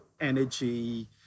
energy